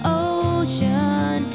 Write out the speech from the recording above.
ocean